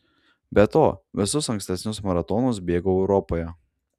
be to visus ankstesnius maratonus bėgau europoje